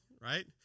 right